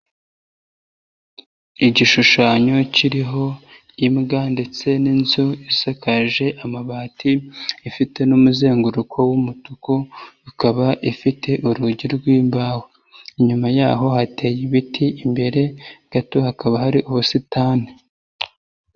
Igishushanyo kiriho imbwa ndetse n'inzu isakaje amabati ifite n'umuzenguruko w'umutuku, ikaba ifite urugi rwimbaho, inyuma yaho hateye ibiti, imbere gato hakaba hari ubusitani.